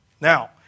now